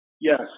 Yes